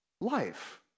life